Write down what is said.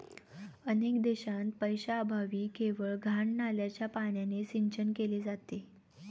अनेक देशांत पैशाअभावी केवळ घाण नाल्याच्या पाण्याने सिंचन केले जाते